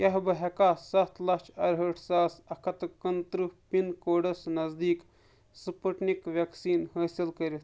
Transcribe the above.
کیٛاہ بہٕ ہیٚکا سَتھ لچھ اَرٕہٲٹھ ساس اکھ ہ تہٕ کنہٕ تٕرٛہ پِن کوڈس نزدیٖک سٕپُٹنِک وٮ۪کسیٖن حٲصِل کٔرِتھ